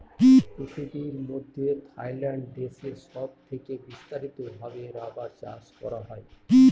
পৃথিবীর মধ্যে থাইল্যান্ড দেশে সব থেকে বিস্তারিত ভাবে রাবার চাষ করা হয়